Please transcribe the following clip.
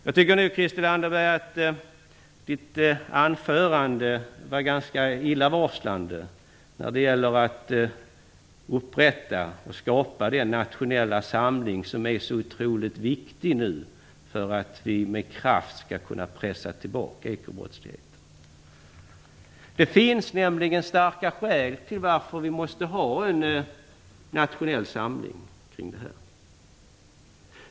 Jag tycker att Christel Anderbergs anförande var ganska illavarslande när det gäller att upprätta och skapa den nationella samling som nu är så otroligt viktig för att vi med kraft skall kunna pressa tillbaka ekobrottsligheten. Det finns nämligen starka skäl till varför vi måste ha en nationell samling kring detta.